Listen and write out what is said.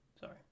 sorry